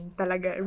talaga